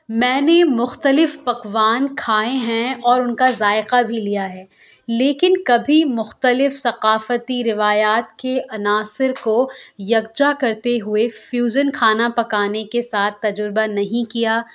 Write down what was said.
میں نے مختلف پکوان کھائے ہیں اور ان کا ذائقہ بھی لیا ہے لیکن کبھی مختلف ثقافتی روایات کے عناصر کو یکجا کرتے ہوئے فیوزن کھانا پکانے کے ساتھ تجربہ نہیں کیا